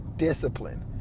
Discipline